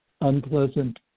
Unpleasant